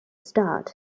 start